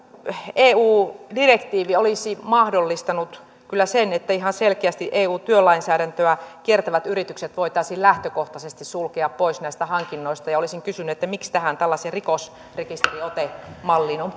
eu direktiivi olisi mahdollistanut kyllä sen että ihan selkeästi eu työlainsäädäntöä kiertävät yritykset voitaisiin lähtökohtaisesti sulkea pois näistä hankinnoista ja olisin kysynyt miksi tällaiseen rikosrekisteriotemalliin on